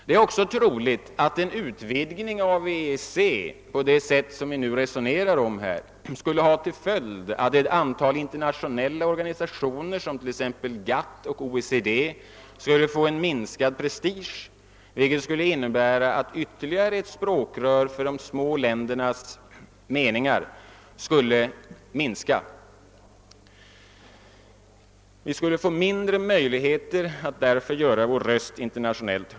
Det är också troligt att en utvidgning av EEC på det sätt som vi nu resonerar om skulle ha till följd att vissa internationella organisationer som t.ex. GATT och OECD skulle få en minskad prestige, vilket skulle innebära att ytterligare ett språkrör för de små ländernas meningar skulle förträngas. Vi skulle därför få sämre möjligheter att göra vår röst hörd internationellt.